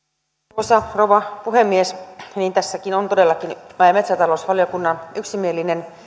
arvoisa rouva puhemies niin tässäkin on todellakin maa ja metsätalousvaliokunnan yksimielinen